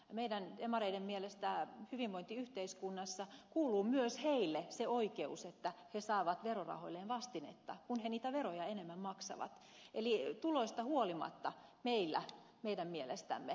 meidän demareiden mielestä hyvinvointiyhteiskunnassa kuuluu myös heille se oikeus että he saavat verorahoilleen vastinetta kun he niitä veroja enemmän maksavat eli tuloista huolimatta meidän mielestämme